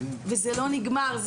וזה לא נגמר.